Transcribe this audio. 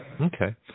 Okay